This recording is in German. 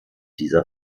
dieser